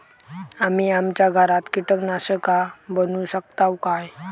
आम्ही आमच्या घरात कीटकनाशका बनवू शकताव काय?